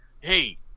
hey